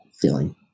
feeling